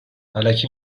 الکی